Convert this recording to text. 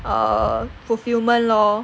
err fulfilment lor